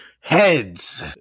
heads